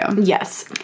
Yes